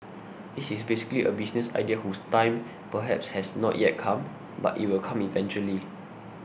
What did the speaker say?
this is basically a business idea whose time perhaps has not yet come but it will come eventually